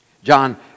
John